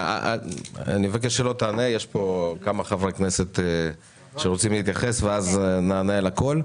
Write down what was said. יש פה כמה חברי כנסת שרוצים להתייחס ואז נענה על הכול.